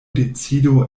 decido